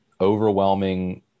overwhelming